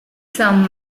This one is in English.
some